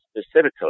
specifically